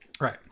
Right